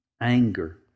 anger